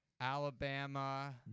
Alabama